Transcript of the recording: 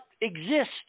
exist